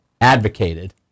advocated